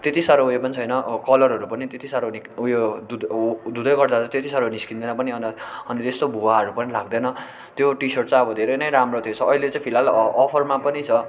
त्यति साह्रो उयो पनि छैन कलरहरू पनि त्यति साह्रो उयो धुदैँ गर्दा त्यति साह्रो निस्किँदैन पनि अन्त अन्त त्यस्तो भुवाहरू पनि लाग्दैन त्यो टी सर्ट चाहिँ अब धेरै नै राम्रो थिएछ अहिले चाहिँ फिलहाल अ अफरमा पनि छ